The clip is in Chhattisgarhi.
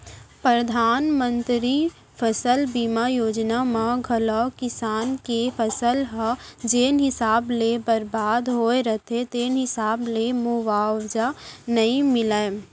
परधानमंतरी फसल बीमा योजना म घलौ किसान के फसल ह जेन हिसाब ले बरबाद होय रथे तेन हिसाब ले मुवावजा नइ मिलय